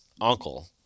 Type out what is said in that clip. uncle